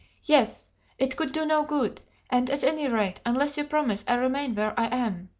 yes it could do no good and, at any rate, unless you promise i remain where i am.